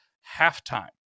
half-time